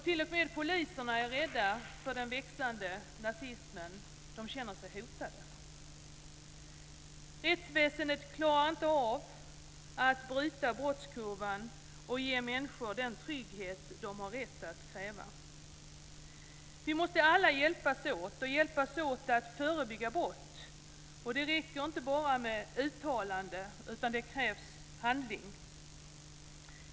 T.o.m. poliserna är rädda för den växande nazismen. De känner sig hotade. Rättsväsendet klarar inte av att bryta brottskurvan och ge människor den trygghet de har rätt att kräva. Vi måste alla hjälpas åt, och hjälpas åt att förebygga brott. Det räcker inte med bara uttalande, utan det krävs handling.